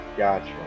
Gotcha